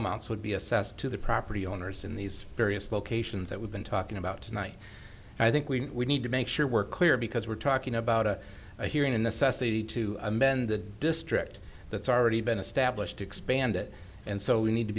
amounts would be assessed to the property owners in these various locations that we've been talking about tonight i think we need to make sure we're clear because we're talking about a hearing in the subsidy to amend the district that's already been established to expand it and so we need to